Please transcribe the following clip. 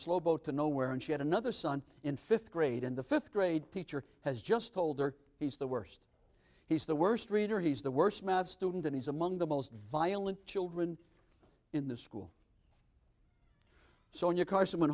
slow boat to nowhere and she had another son in fifth grade in the fifth grade teacher has just told her he's the worst he's the worst reader he's the worst math student and he's among the most violent children in the school so when your carso